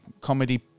comedy